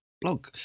blog